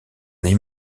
les